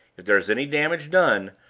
if there's any damage done,